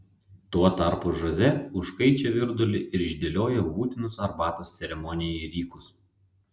tuo tarpu žoze užkaičia virdulį ir išdėlioja būtinus arbatos ceremonijai rykus